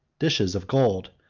dishes of gold,